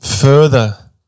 further